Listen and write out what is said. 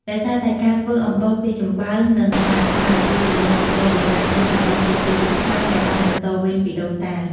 ដោយសារតែការធ្វើអំបោសពីចំបើង និងផ្កាស្មៅ គឺជាមុខរបរបុរាណមួយរបស់ប្រជាជនខ្មែរ ដែលបានបន្តវេនពីដូនតា។